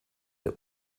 der